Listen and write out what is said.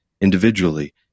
individually –